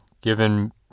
given